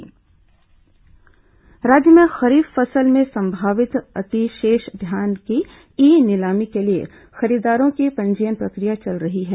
धान ई नीलामी राज्य में खरीफ फसल में संभावित अतिशेष धान की ई नीलामी के लिए खरीदारों की पंजीयन प्रक्रिया चल रही है